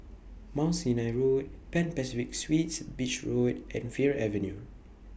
Mount Sinai Road Pan Pacific Suites Beach Road and Fir Avenue